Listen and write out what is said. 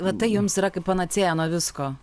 vat tai jums yra kaip panacėja nuo visko